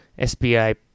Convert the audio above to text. SBI